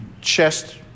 chest